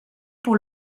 pour